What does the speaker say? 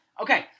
Okay